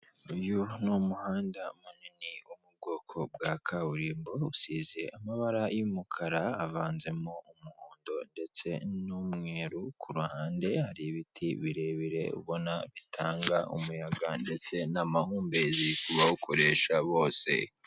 Uyu ni umuhanda munini wo mu bwoko bwa kaburimbo usize amabara y'umukara, avanzemo umuhondo ndetse n'umweru kuruhande hari ibiti birebire ubona bitanga umuyaga ndetse n'amahumbezi kubawukoresha bose.